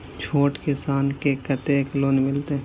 छोट किसान के कतेक लोन मिलते?